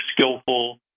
skillful